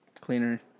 cleaner